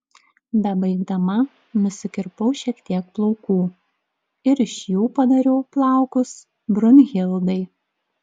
bebaigdama nusikirpau šiek tiek plaukų ir iš jų padariau plaukus brunhildai